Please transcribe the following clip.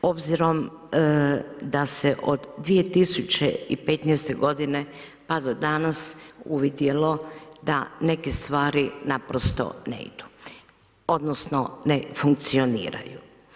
Obzirom da se od 2015. godine pa do danas uvidjelo da neke stvari naprosto ne idu, odnosno ne funkcioniraju.